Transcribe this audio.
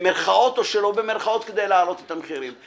במירכאות או שלא במירכאות, כדי להעלות את המחירים.